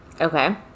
okay